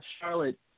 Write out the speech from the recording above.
Charlotte